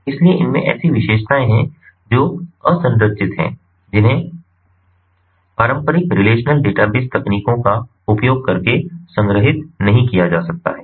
इसलिए इनमें ऐसी विशेषताएं हैं जो असंरचित हैं जिन्हें पारंपरिक रिलेशनल डेटाबेस तकनीकों का उपयोग करके संग्रहीत नहीं किया जा सकता है